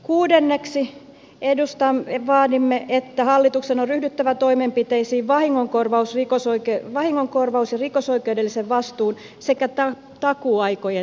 kuudenneksi vaadimme että hallituksen on ryhdyttävä toimenpiteisiin vahingonkorvaus ja rikosoikeudellisen vastuun sekä takuuaikojen selvittämisessä